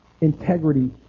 integrity